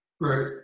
Right